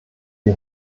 die